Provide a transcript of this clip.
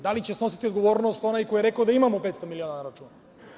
Da li će snositi odgovornost ko je rekao da imamo 500 miliona na računu?